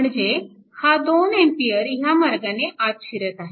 म्हणजे हा 2A ह्या मार्गाने आत शिरत आहे